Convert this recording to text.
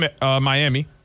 Miami